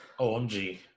OMG